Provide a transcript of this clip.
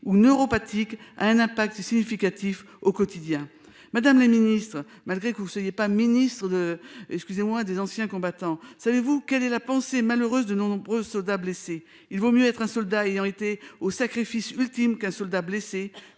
ou neuropathique a un impact significatif au quotidien. Madame la Ministre, malgré que vous soyez pas Ministre de excusez-moi des anciens combattants. Savez-vous quelle est la pensée malheureuse de nombreux soldats blessés, il vaut mieux être un soldat ayant été au sacrifice ultime qu'un soldat blessé